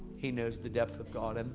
he knows the depth of god, and